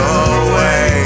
away